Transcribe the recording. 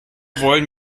wollen